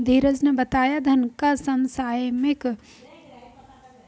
धीरज ने बताया धन का समसामयिक मूल्य की उपज धन का शुद्ध वर्तमान मूल्य होता है